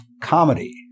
comedy